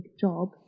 job